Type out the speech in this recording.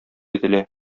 ителә